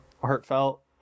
heartfelt